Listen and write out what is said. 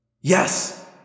Yes